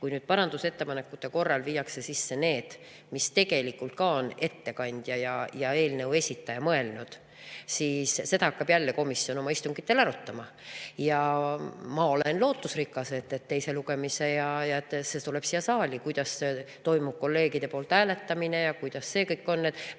Kui nüüd parandusettepanekutest viiakse sisse need, mis tegelikult ka on ettekandja ja eelnõu esitaja mõelnud, siis seda hakkab jälle komisjon oma istungitel arutama. Ja ma olen lootusrikas, et teiseks lugemiseks see tuleb siia saali. Kuidas kolleegid hääletavad ja kuidas see kõik läheb?